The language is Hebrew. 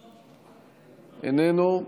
איננו,